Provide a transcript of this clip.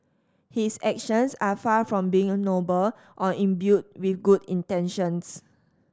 his actions are far from being noble or imbued with good intentions